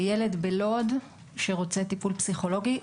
ילד בלוד שרוצה טיפול פסיכולוגי,